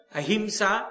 ahimsa